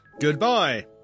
Goodbye